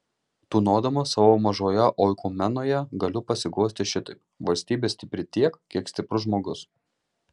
tūnodamas savo mažoje oikumenoje galiu pasiguosti šitaip valstybė stipri tiek kiek stiprus žmogus